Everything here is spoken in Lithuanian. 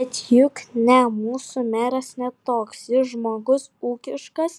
bet juk ne mūsų meras ne toks jis žmogus ūkiškas